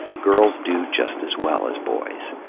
girls do just as well as boys.